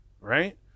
right